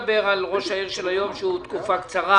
מדבר על ראש העיר היום שהוא בתפקידו תקופה קצרה